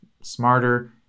smarter